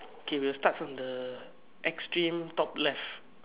okay we will start from the extreme top left